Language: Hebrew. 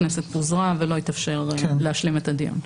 הכנסת פוזרה ולא התאפשר להשלים את הדיון.